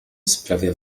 sprawia